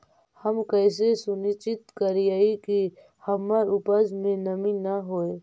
हम कैसे सुनिश्चित करिअई कि हमर उपज में नमी न होय?